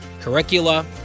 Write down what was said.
curricula